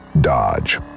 Dodge